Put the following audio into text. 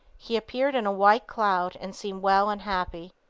he appeared in a white cloud and seemed well and happy.